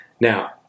Now